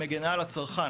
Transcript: מגינה על הצרכן.